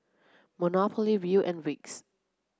monopoly Viu and Vicks